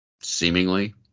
Seemingly